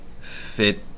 fit